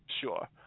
sure